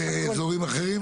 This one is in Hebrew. אזורים אחרים.